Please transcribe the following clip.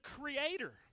creator